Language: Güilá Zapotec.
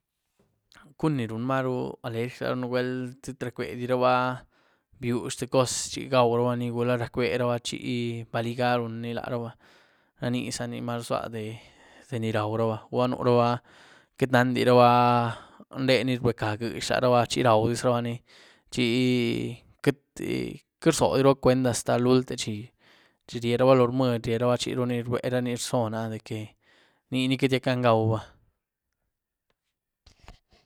¿Cuún ní run marú alerjí laën? Nwuél queityrac'bediraba biux tïé cos chi gwaurabaní, gula rac'beraba chi baligà runí lanyruba, ranizaní maruó zlua de-de ni rauraba, gula nurana queitynandiraba ndení rbaca gwiex laraba, chi raudizrabaní, chi queit-queity rzobdiraba cwuen hasta lulte zhí, chi rieraba loó rmudy, rieraba chiru ni rberabí rzoon àh deque nini queity gac'gan gwau.